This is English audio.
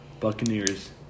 Buccaneers